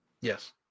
Yes